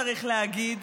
צריך להגיד,